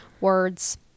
Words